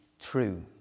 true